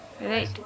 right